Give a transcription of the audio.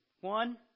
One